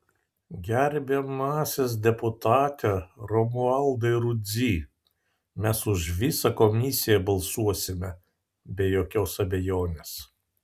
gerbiamasis deputate romualdai rudzy mes už visą komisiją balsuosime be jokios abejonės